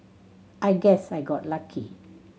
I guess I got lucky